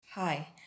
Hi